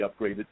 upgraded